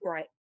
Right